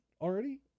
already